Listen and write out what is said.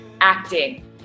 acting